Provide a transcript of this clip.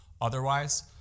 otherwise